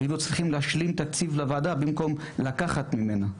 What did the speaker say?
היינו צריכים להשלים תקציב לוועדה במקום לקחת ממנה,